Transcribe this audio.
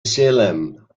salem